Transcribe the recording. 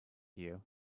you